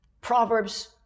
Proverbs